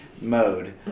mode